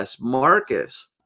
Marcus